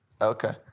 okay